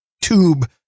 tube